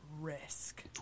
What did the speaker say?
risk